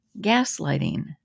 Gaslighting